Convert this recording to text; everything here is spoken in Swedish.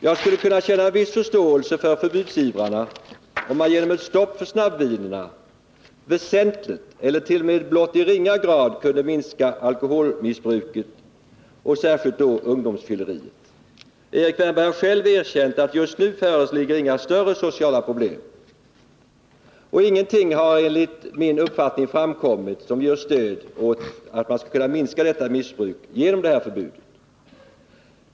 Jag skulle kunna känna en viss förståelse för förbudsivrarna, om man genom ett stopp för snabbvinerna väsentligt eller t.o.m. blott i ringa grad kunde minska alkoholmissbruket och särskilt då ungdomsfylleriet. Erik Wärnberg har själv erkänt att det just nu inte föreligger några större sociala problem. Ingenting har emellertid enligt min uppfattning framkommit som ger stöd åt antagandet att missbruket kan minskas genom detta förbud.